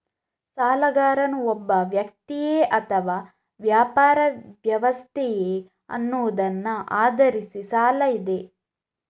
ಸಾಲಗಾರನು ಒಬ್ಬ ವ್ಯಕ್ತಿಯೇ ಅಥವಾ ವ್ಯಾಪಾರ ವ್ಯವಸ್ಥೆಯೇ ಅನ್ನುವುದನ್ನ ಆಧರಿಸಿ ಸಾಲ ಇದೆ